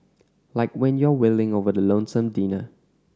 like when you're wailing over the lonesome dinner